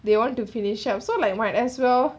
they want to finish up so like might as well